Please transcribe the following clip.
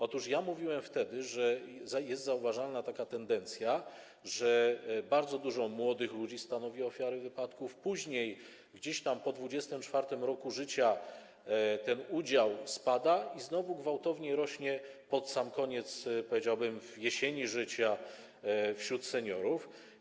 Otóż ja mówiłem wtedy, że jest zauważalna taka tendencja, że bardzo dużo młodych ludzi stanowi ofiary wypadków, później gdzieś tam po 24. roku życia ten udział spada i znowu gwałtownie rośnie pod sam koniec, w jesieni życia, wśród seniorów.